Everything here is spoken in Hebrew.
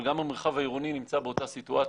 אבל גם המרחב העירוני נמצא באותה סיטואציה.